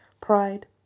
pride